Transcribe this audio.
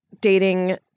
dating